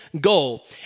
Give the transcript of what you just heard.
goal